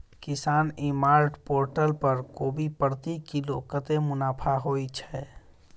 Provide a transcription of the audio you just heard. किसान e mart portal पर कोबी प्रति किलो कतै मुनाफा होइ छै?